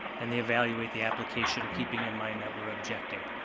and they evaluate the application, keeping in mind that we're objecting.